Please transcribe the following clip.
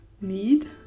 Need